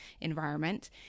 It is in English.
environment